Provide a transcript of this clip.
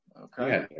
Okay